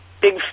big